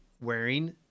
wearing